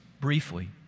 briefly